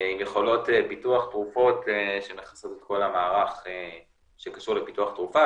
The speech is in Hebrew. עם יכולות פיתוח תרופות שמכסות את כל המערך שקשור לפיתוח תרופה,